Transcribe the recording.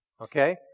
Okay